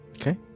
Okay